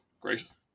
gracious